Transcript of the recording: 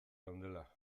geundela